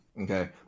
Okay